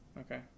Okay